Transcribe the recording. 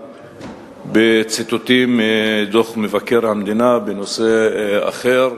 בציטוטים מדוח מבקר המדינה בנושא אחר,